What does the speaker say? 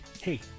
hey